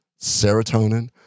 serotonin